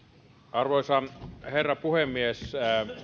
arvoisa herra puhemies